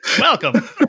Welcome